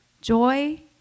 Joy